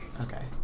Okay